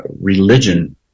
religion